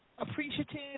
appreciative